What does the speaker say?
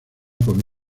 con